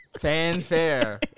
Fanfare